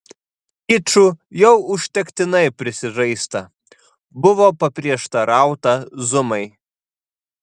kiču jau užtektinai prisižaista buvo paprieštarauta zumai